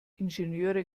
ingenieure